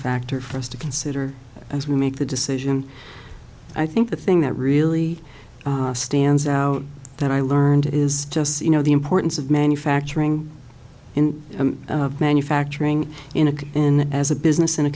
factor for us to consider as we make the decision i think the thing that really stands out that i learned is just you know the importance of manufacturing in manufacturing in a in as a business in a